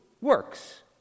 works